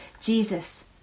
Jesus